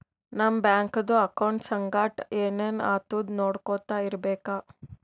ನಮ್ ಬ್ಯಾಂಕ್ದು ಅಕೌಂಟ್ ಸಂಗಟ್ ಏನ್ ಏನ್ ಆತುದ್ ನೊಡ್ಕೊತಾ ಇರ್ಬೇಕ